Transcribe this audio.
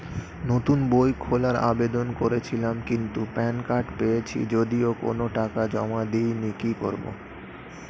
নতুন বই খোলার আবেদন করেছিলাম কিন্তু প্যান কার্ড পেয়েছি যদিও কোনো টাকা জমা দিইনি কি করব?